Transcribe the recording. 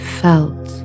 felt